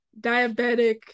diabetic